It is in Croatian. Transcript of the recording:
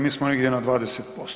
Mi smo negdje na 20%